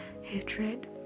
hatred